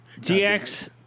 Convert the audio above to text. DX